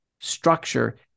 structure